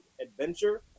adventure